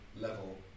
level